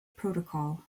protocol